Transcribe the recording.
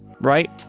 right